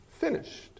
finished